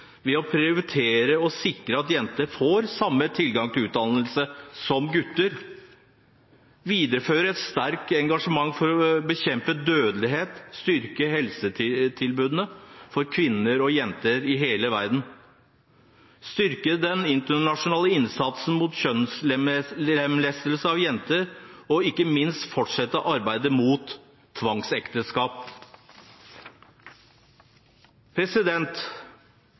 ved å prioritere å sikre at jenter får samme tilgang til utdannelse som gutter, videreføre et sterkt engasjement for å bekjempe dødelighet, styrke helsetilbudene for kvinner og jenter i hele verden, styrke den internasjonale innsatsen mot kjønnslemlestelse av jenter og ikke minst fortsette arbeidet mot tvangsekteskap.